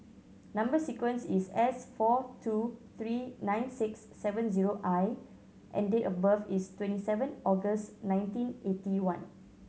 number sequence is S four two three nine six seven zero I and date of birth is twenty seven August nineteen eighty one